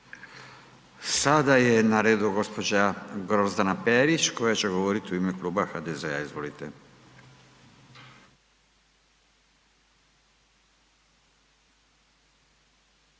Sada je na redu gđa. Grozdana Perić koja će govorit u ime kluba HDZ-a, izvolite.